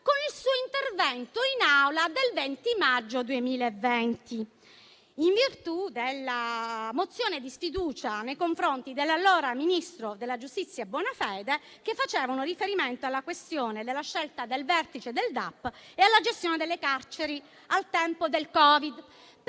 con il suo intervento in Aula del 20 maggio 2020, in virtù della mozione di sfiducia nei confronti dell'allora ministro della giustizia Bonafede, che facevano riferimento alla questione della scelta del vertice del DAP e alla gestione delle carceri al tempo del Covid.